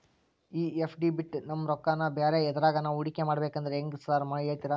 ಈ ಎಫ್.ಡಿ ಬಿಟ್ ನಮ್ ರೊಕ್ಕನಾ ಬ್ಯಾರೆ ಎದ್ರಾಗಾನ ಹೂಡಿಕೆ ಮಾಡಬೇಕಂದ್ರೆ ಹೆಂಗ್ರಿ ಸಾರ್ ಹೇಳ್ತೇರಾ?